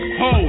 ho